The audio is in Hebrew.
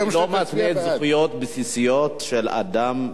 אני לא מתנה זכויות בסיסיות של אדם,